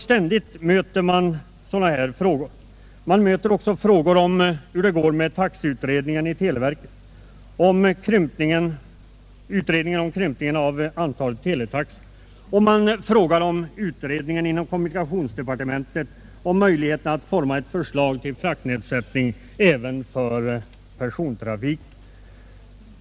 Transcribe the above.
Ständigt möter man också frågor om hur det går med taxeutredningen i televerket, med utredningen om krympning av antalet teletaxor och med utredningen inom kommunikationsdepartementet om möjligheterna att forma ett förslag till fraktnedsättningar i norr, liksom för persontrafiken.